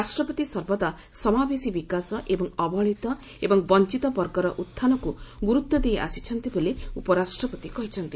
ରାଷ୍ଟ୍ରପତି ସର୍ବଦା ସମାବେଶୀ ବିକାଶ ଏବଂ ଅବହେଳିତ ଏବଂ ବଞ୍ଚତବର୍ଗର ଉତଥାନକୁ ଗୁରୁତ୍ୱ ଦେଇ ଆସିଛନ୍ତି ବୋଲି ଉପରାଷ୍ଟ୍ରପତି କହିଛନ୍ତି